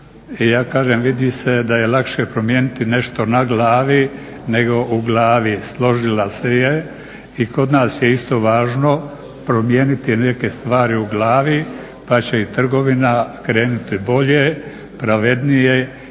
Ja kažem vidi se da je lakše promijeniti nešto na glavi, nego u glavi. Složila se je. I kod nas je isto važno promijeniti neke stvari u glavi pa će i trgovina krenuti bolje, pravednije